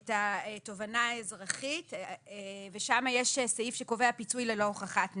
את התובענה האזרחית ושם יש סעיף שקובע פיצוי ללא הוכחת נזק.